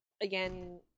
Again